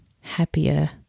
happier